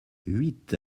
huit